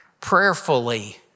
Prayerfully